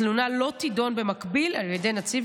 התלונה לא תידון במקביל על ידי נציב